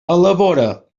elabora